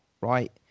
right